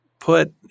put